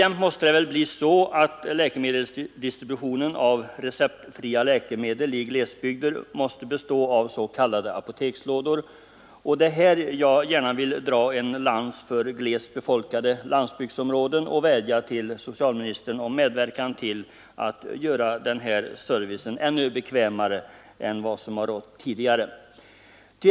Även i fortsättningen måste väl distributionen av receptfria läkemedel i glesbygder ske genom s.k. apotekslådor, och det är här jag gärna vill bryta en lans för glest befolkade landsbygdsområden och vädja till socialministern om medverkan till att göra denna service ännu bättre än den varit tidigare.